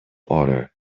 order